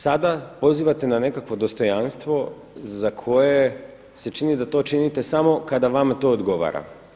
Sada pozivate na nekakvo dostojanstvo za koje se čini da to činite samo kada vama to odgovara.